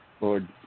Lord